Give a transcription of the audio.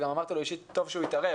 וגם אמרתי לו אישית שטוב שהוא התערב,